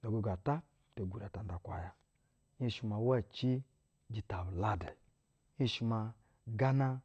no ogogo ata te gwure ata nda ukwaya. Nhenshi uwa ici jita bu-uladɛ. Nhenshi maa gana.